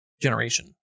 generation